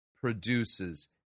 produces